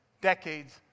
decades